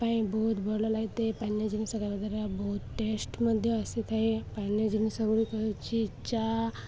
ପାଇଁ ବହୁତ ଭଲ ଲାଗିଥାଏ ପାନୀୟ ଜିନିଷ ଖବା ଦ୍ୱାରା ବହୁତ ଟେଷ୍ଟ ମଧ୍ୟ ଆସିଥାଏ ପାନୀୟ ଜିନିଷ ଗୁଡ଼ିକ ହେଉଛି ଚା